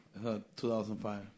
2005